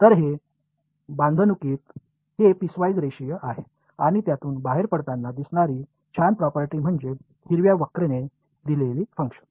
तर हे बान्धणुकीत हे पिसवाईस रेषीय आहे आणि त्यातून बाहेर पडताना दिसणारी छान प्रॉपर्टी म्हणजे हिरव्या वक्रने दिलेली फंक्शन